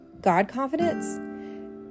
God-confidence